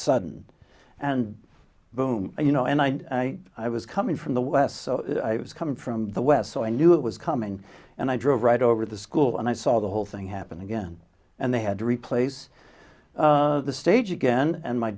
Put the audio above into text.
sudden and boom you know and i i was coming from the west so i was coming from the west so i knew it was coming and i drove right over the school and i saw the whole thing happen again and they had to replace the stage again and my